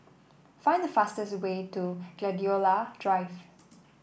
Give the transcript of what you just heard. find the fastest way to Gladiola Drive